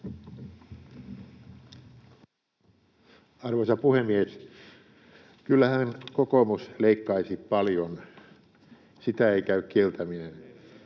Arvoisa puhemies! Kyllähän kokoomus leikkaisi paljon, sitä ei käy kieltäminen.